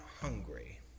hungry